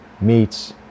meats